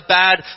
bad